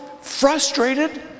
frustrated